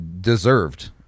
Deserved